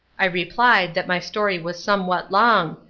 i replied that my story was somewhat long,